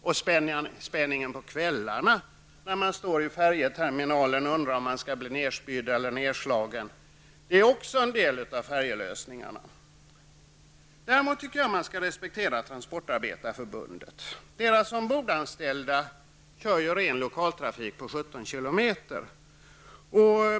Sedan har vi spänningen om kvällarna när man står i färjeterminalen och undrar om man skall bli nerspydd eller nedslagen. Det är också en del av färjelösningarna. Däremot tycker jag att man skall respektera transportarbetarförbundet. Dess ombordanställda kör redan lokaltrafik omfattande 17 km.